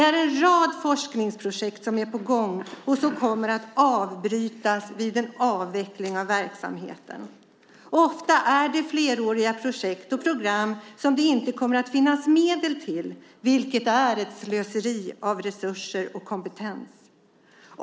Det är en rad forskningsprojekt som är på gång och som kommer att avbrytas vid en avveckling av verksamheten. Ofta är det fleråriga projekt och program som det inte kommer att finnas medel till, vilket är ett slöseri med resurser och kompetens.